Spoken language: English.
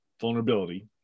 vulnerability